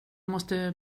måste